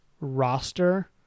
roster